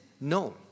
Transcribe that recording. No